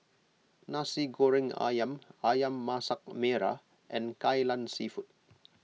Nasi Goreng Ayam Ayam Masak Merah and Kai Lan Seafood